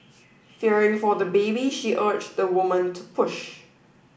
fearing for the baby she urged the woman to push